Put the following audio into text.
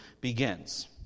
begins